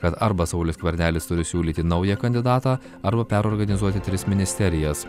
kad arba saulius skvernelis turi siūlyti naują kandidatą arba perorganizuoti tris ministerijas